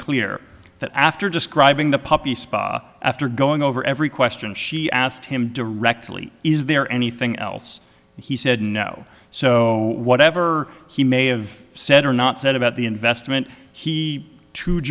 clear that after describing the puppy spa after going over every question she asked him directly is there anything else he said no so whatever he may have said or not said about the investment he